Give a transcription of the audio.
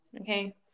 okay